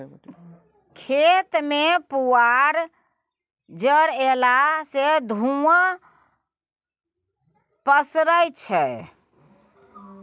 खेत मे पुआर जरएला सँ धुंआ पसरय छै